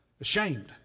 Ashamed